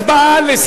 רבותי,